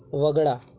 वगळा